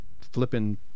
flipping